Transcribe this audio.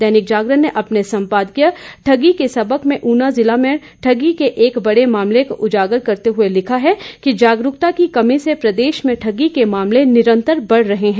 दैनिक जागरण ने अपने संपादकीय ठगी के सबक में ऊना जिले में ठगी के एक बड़े मामले को उजागर करते हुए लिखा है कि जागरूकता की कमी से प्रदेश में ठगी के मामले निरंतर बढ़ रहे हैं